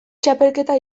txapelketa